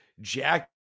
Jack